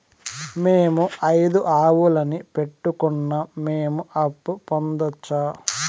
మేము ఐదు ఆవులని పెట్టుకున్నాం, మేము అప్పు పొందొచ్చా